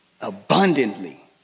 abundantly